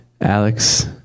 Alex